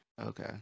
Okay